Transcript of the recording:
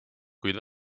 kuid